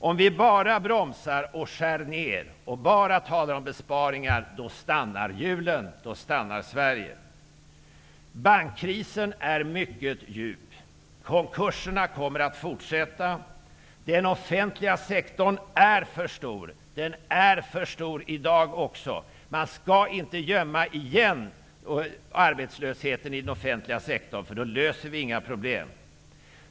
Om vi bara bromsar och skär ner och bara talar om besparingar, då stannar hjulen, då stannar Sverige. Bankkrisen är mycket djup. Konkurserna kommer att fortsätta att öka. Den offentliga sektorn är för stor också i dag. Man skall återigen inte gömma arbetslösheten i den offentliga sektorn, därför att då löser man inga problem.